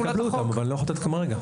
תקבלו אותם אבל אני לא יכול לתת לכם הרגע.